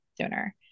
sooner